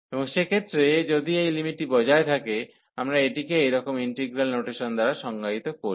এবং সেক্ষেত্রে যদি এই লিমিটটি বজায় থাকে আমরা এটিকে এইরকম ইন্টিগ্রাল নোটেশন দ্বারা সংজ্ঞায়িত করি